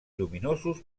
lluminosos